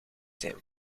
zijn